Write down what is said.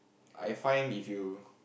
I find if you